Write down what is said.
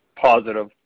positive